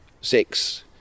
six